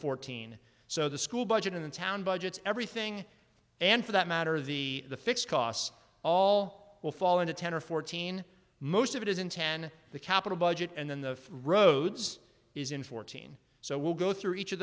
fourteen so the school budget in the town budgets everything and for that matter the fixed costs all will fall into ten or fourteen most of it is in ten the capital budget and then the rhodes is in fourteen so we'll go through each of